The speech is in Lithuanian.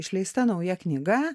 išleista nauja knyga